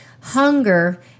hunger